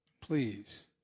please